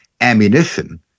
ammunition